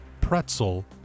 pretzel